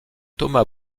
thomas